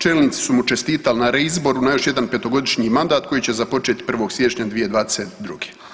Čelnici su mu čestitali na reizboru, na još jedan petogodišnji mandat koji će započeti 1. siječnja 2022.